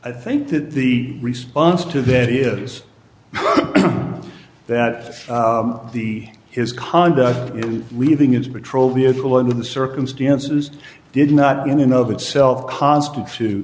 i think that the response to that is that the his conduct in leaving is patrol vehicle in the circumstances did not in and of itself constitute